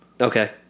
Okay